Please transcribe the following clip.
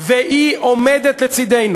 והיא עומדת לצדנו.